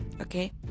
okay